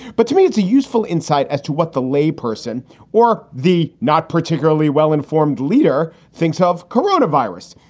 but to me, it's a useful insight as to what the lay person or the not particularly well-informed leader thinks of coronavirus.